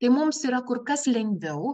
tai mums yra kur kas lengviau